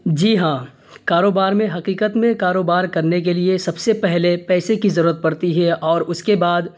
جی ہاں کاروبار میں حقیقت میں کاروبار کرنے کے لیے سب سے پہلے پیسے کی ضرورت پڑتی ہے اور اس کے بعد